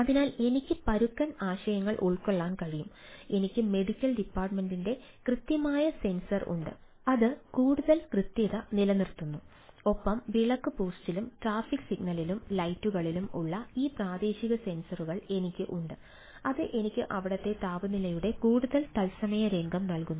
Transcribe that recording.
അതിനാൽ എനിക്ക് പരുക്കൻ ആശയങ്ങൾ ഉൾക്കൊള്ളാൻ കഴിയും എനിക്ക് മെഡിക്കൽ ഡിപ്പാർട്ട്മെന്റിന്റെ കൃത്യമായ സെൻസർ ഉണ്ട് അത് കൂടുതൽ കൃത്യത നിലനിർത്തുന്നു ഒപ്പം വിളക്ക് പോസ്റ്റിലും ട്രാഫിക് സിഗ്നലിലും ലൈറ്റുകളിലും ഉള്ള ഈ പ്രാദേശിക സെൻസറുകൾ എനിക്ക് ഉണ്ട് അത് എനിക്ക് അവിടത്തെ താപനിലയുടെ കൂടുതൽ തത്സമയ രംഗം നൽകുന്നു